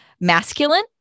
masculine